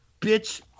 bitch